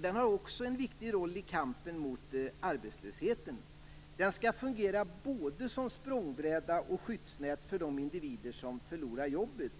Den har också en viktig roll i kampen mot arbetslösheten. Den skall fungera både som språngbräda och som skyddsnät för de individer som förlorar jobbet.